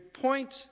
point